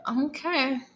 Okay